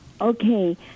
Okay